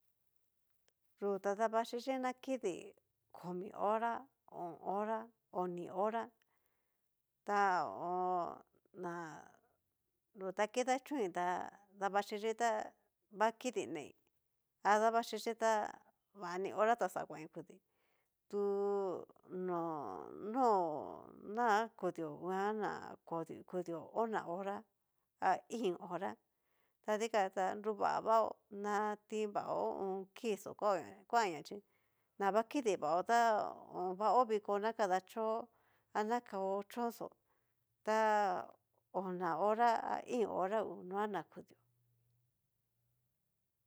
Yu ta davachí ta kini o'on hora komi hora, ta ho o on. yu ta kidachón ta davaxhichi tá va kidi nei a davaxhichi tá vani hora ta xa kuan kudi tu no nó na kudio nguan na kudu kudio ona hora a íín hora ta dikatá nruva vaó natin vao kii xó ho o on. ku kuaña chí navakidi vaó tava ho viko na kadachó ana kao choxo ta ona hora a íín hora hú noa na kudio.